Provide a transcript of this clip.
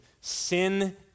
sin